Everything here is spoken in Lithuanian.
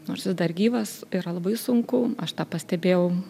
nors jis dar gyvas yra labai sunku aš tą pastebėjau